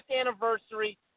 anniversary